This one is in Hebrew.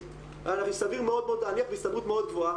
סביר מאוד להניח בהסתברות מאוד גבוהה,